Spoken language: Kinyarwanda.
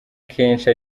kenshi